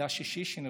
זה השישי שנרצח.